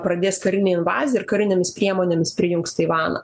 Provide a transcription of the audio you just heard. pradės karinę invaziją ir karinėmis priemonėmis prijungs taivaną